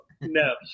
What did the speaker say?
no